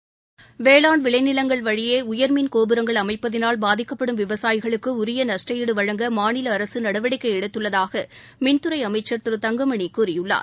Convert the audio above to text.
வேளாண் விளைநிலங்கள் வழியே உயர் மின் கோபுரங்கள் அமைப்பதினால் பாதிக்கப்படும் விவசாயிகளுக்கு உரிய நஷ்டஈடு வழங்க மாநில அரசு நடவடிக்கை எடுத்துள்ளதாக மின்துறை அமைச்சர் திரு தங்கமணி கூறியுள்ளார்